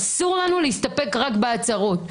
אסור לנו להסתפק רק בהצהרות.